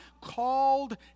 called